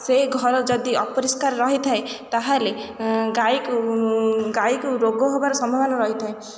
ସେ ଘର ଯଦି ଅପରିଷ୍କାର ରହିଥାଏ ତାହେଲେ ଗାଈକୁ ଗାଈକୁ ରୋଗ ହେବାର ସମ୍ଭାବନା ରହିଥାଏ